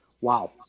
wow